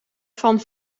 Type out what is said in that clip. van